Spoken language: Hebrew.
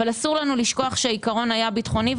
אסור לנו לשכוח שהעיקרון היה ביטחוני,